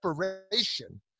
separation